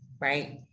right